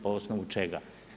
Po osnovu čega?